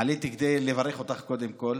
כדי לברך אותך קודם כול,